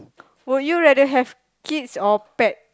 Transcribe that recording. for you rather have kids or pet